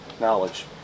knowledge